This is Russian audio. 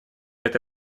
это